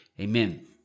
Amen